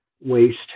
waste